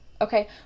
Okay